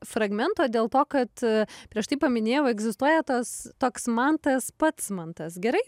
fragmento dėl to kad prieš tai paminėjau egzistuoja tas toks mantas patsmantas gerai